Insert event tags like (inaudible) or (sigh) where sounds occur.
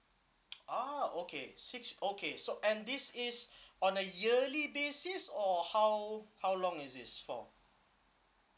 (noise) ah okay six okay so and this is on a yearly basis or how how long is this for